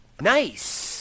Nice